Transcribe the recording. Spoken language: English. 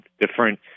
different